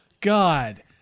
God